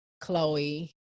Chloe